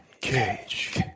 Cage